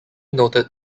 noted